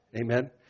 Amen